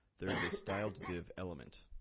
there is a styled div element.